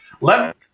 Let